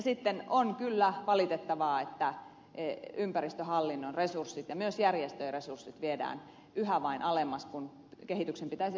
sitten on kyllä valitettavaa että ympäristöhallinnon resurssit ja myös järjestöjen resurssit viedään yhä vain alemmas kun kehityksen pitäisi olla päinvastaista